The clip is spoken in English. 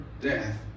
death